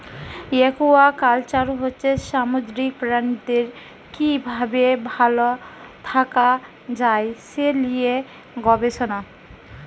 aquaculture হচ্ছে সামুদ্রিক প্রাণীদের কি ভাবে ভাল থাকা যায় সে লিয়ে গবেষণা